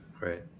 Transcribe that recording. right